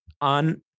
on